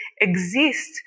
exist